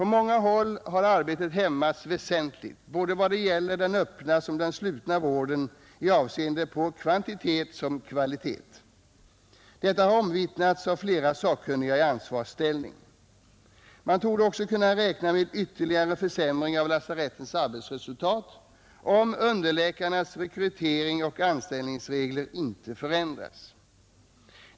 På många håll har arbetet hämmats väsentligt, vad det gäller både den öppna och den slutna vården i avseende på såväl kvantitet som kvalitet. Detta har omvittnats av flera sakkunniga i ansvarsställning. Man torde också kunna räkna med ytterligare försämring av lasarettens arbetsresultat, om underläkarnas rekrytering och anställningsregler inte förändras.